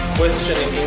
question